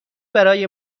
برای